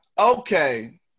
Okay